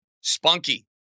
spunky